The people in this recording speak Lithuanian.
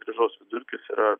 grąžos vidurkis yra